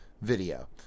video